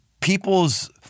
people's